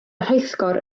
rheithgor